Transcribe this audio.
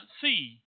see